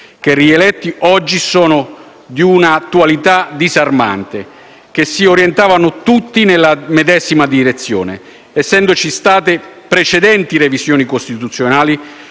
che, riletti oggi, sono di un'attualità disarmante, e che si orientavano tutti nella medesima direzione. Essendoci state precedenti revisioni costituzionali